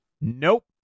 Nope